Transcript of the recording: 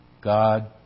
God